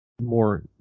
more